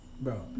Bro